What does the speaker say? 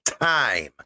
time